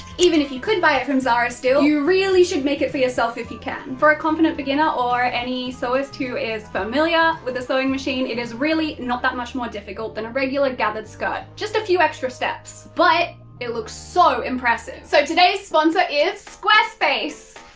even if you could buy it from zara still, you really should make it for yourself if you can. and for a confident beginner or any sewist who is familiar with a sewing machine, it is really not that much more difficult than a regular gathered skirt. just a few extra steps. but, it looks so impressive. so today's sponsor is squarespace!